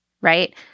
right